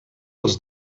els